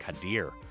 Kadir